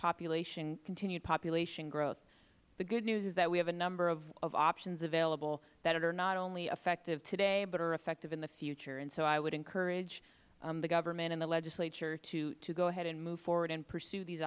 continued population growth the good news is that we have a number of options available that are not only effective today but are effective in the future and so i would encourage the government and the legislature to go ahead and move forward and pursue these